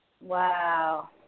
wow